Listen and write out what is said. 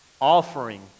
offering